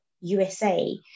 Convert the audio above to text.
USA